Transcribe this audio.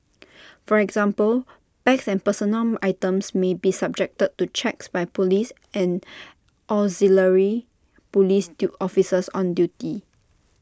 for example bags and personal items may be subjected to checks by Police and auxiliary Police to officers on duty